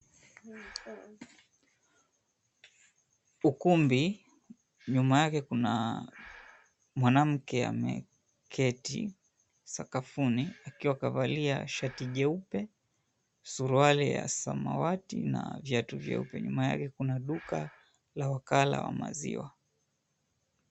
Ukumbi nyuma yake Kuna mwanamke ameketi sakafuni akiwa amevalia shati jeupe suruali ya samawati na viatu vyeupe, nyuma yake kuna duka la wakala wa maziwa.